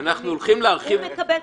הוא מקבל,